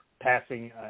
passing